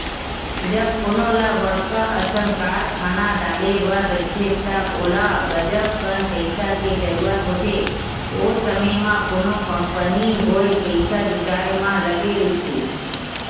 जब कोनो ल बड़का असन कारखाना डाले बर रहिथे त ओला गजब कन पइसा के जरूरत होथे, ओ समे म कोनो कंपनी होय पइसा जुटाय म लगे रहिथे